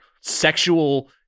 sexual